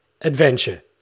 Adventure